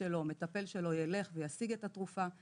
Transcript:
שלו או המטפל שלו ילך וישיג את התרופה.